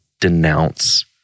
denounce